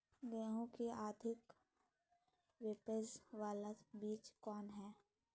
गेंहू की अधिक उपज बाला बीज कौन हैं?